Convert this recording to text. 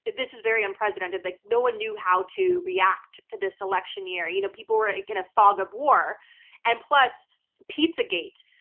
but this is very unprecedented, like no one knew how to react to this election year. you know people were like in a fog of war and plus pizzagate,